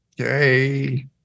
Okay